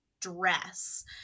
dress